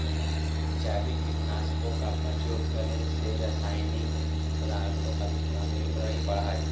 जैविक कीटनाशक का प्रयोग करे से रासायनिक पदार्थों का दुष्प्रभाव जमीन पर न पड़अ हई